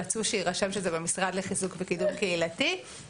עת רצו שיירשם שזה במשרד לחיזוק ולקידום קהילתי,